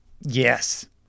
Yes